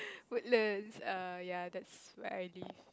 Woodlands err ya that's where I live